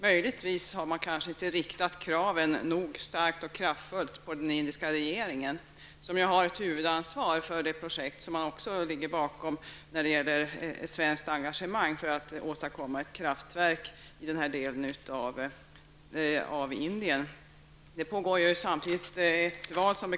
Möjligtvis har man inte ställt tillräckligt starka och kraftfulla krav på den indiska regeringen, som ju har huvudansvaret för det projekt som ligger bakom ett svenskt engagemang, nämligen att åstadkomma ett kraftverk i den här delen av Indien. Som bekant pågår här samtidigt ett val.